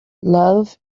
love